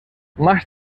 más